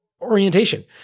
orientation